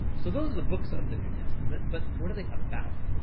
so those are the books of the new testament, but what are they about?